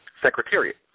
Secretariat